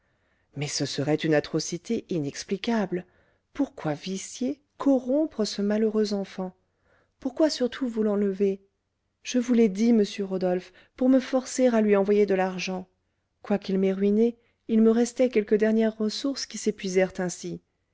mais ce serait une atrocité inexplicable pourquoi vicier corrompre ce malheureux enfant pourquoi surtout vous l'enlever je vous l'ai dit monsieur rodolphe pour me forcer à lui envoyer de l'argent quoiqu'il m'ait ruinée il me restait quelques dernières ressources qui s'épuisèrent ainsi